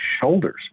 shoulders